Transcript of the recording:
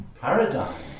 paradigm